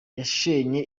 yashenye